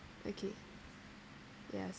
okay ya